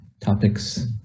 topics